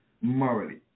morally